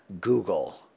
Google